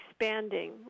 expanding